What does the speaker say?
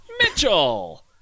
Mitchell